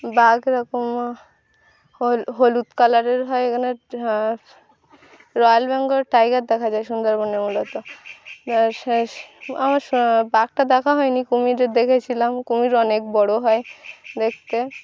বাঘ এরকম হল হলুদ কালারের হয় এখানে রয়্যাল বেঙ্গল টাইগার দেখা যায় সুন্দরবনে মূলত আমার বাঘটা দেখা হয়নি কুমির দেখেছিলাম কুমির অনেক বড় হয় দেখতে